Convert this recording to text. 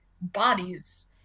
bodies